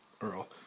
Earl